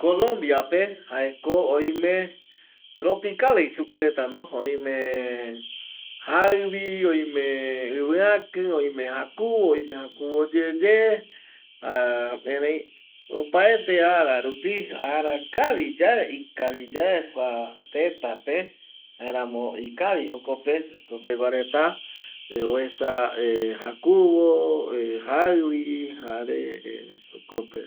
﻿Colombiape jaeko oime tropical jei superetano oime jaivi, oime iviaki, oime jakuvo, oime jakuvo yeye erei opaete ara rupi, ara kavi yae ikaviyae kua tëtape jaeramo ikavi jokope jokpeguareta ˂hesitation˃ oesa ˂hesitation˃ jakuvo, jaivi jare jokope